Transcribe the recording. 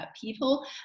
people